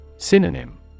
Synonym